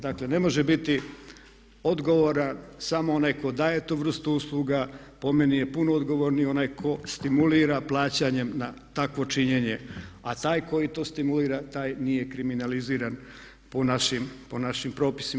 Dakle ne može biti odgovora samo onaj tko daje tu vrstu usluga, po meni je puno odgovorniji onaj ko stimulira plaćanjem na takvo činjenje, a taj koji to stimulira taj nije kriminaliziran po našim propisima.